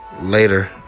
Later